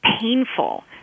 painful